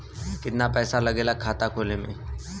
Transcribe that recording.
कितना पैसा लागेला खाता खोले में?